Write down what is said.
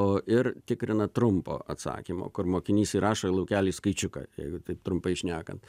o ir tikrina trumpo atsakymo kur mokinys įrašo į laukelį skaičiuką jeigu taip trumpai šnekant